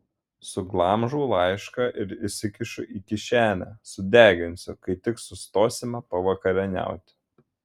suglamžau laišką ir įsikišu į kišenę sudeginsiu kai tik sustosime pavakarieniauti